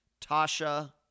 Tasha